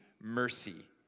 mercy